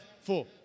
four